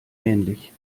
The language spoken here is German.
ähnlich